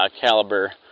caliber